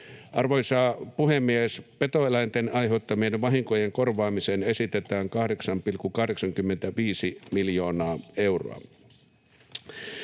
Arvoisa puhemies! Petoeläinten aiheuttamien vahinkojen korvaamiseen esitetään 8,85 miljoonaa euroa.